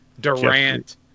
Durant